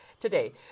today